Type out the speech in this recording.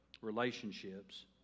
Relationships